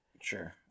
Sure